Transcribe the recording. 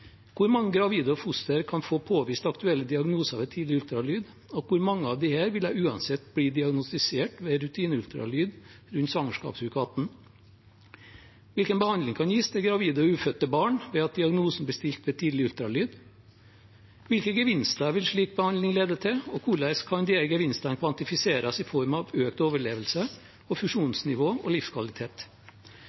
Hvor mange gravide og foster kan få påvist aktuelle diagnoser ved tidlig ultralyd? Hvor mange av disse ville uansett bli diagnostisert ved rutineultralyd under svangerskapsuke 18? Hvilken behandling kan gis til gravide og ufødte barn ved at diagnosen blir stilt ved tidlig ultralyd? Hvilke gevinster vil slik behandling lede til? Hvordan kan disse gevinstene kvantifiseres i form av økt overlevelse, funksjonsnivå og livskvalitet?